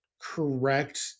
correct